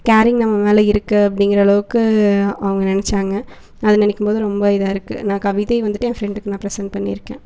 carrying நம்ம மேலே இருக்கு அப்படிங்கிற அளவுக்கு அவங்க நினச்சாங்க அதை நினைக்கும்போது ரொம்ப இதாக இருக்கு நான் கவிதை வந்துவிட்டு என் ஃப்ரெண்டுக்கு நான் பிரசென்ட் பண்ணியிருக்கேன்